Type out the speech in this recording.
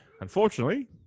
Unfortunately